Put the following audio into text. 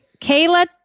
Kayla